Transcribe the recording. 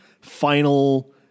final